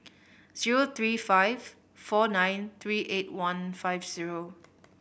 zero three five four nine three eight one five zero